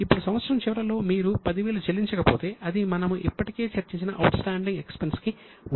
ఇప్పుడు సంవత్సరం చివరిలో మీరు 10000 చెల్లించకపోతే అది మనము ఇప్పటికే చర్చించిన అవుట్ స్టాండింగ్ ఎక్స్పెన్స్ కి ఉదాహరణ అవుతుంది